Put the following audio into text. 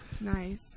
nice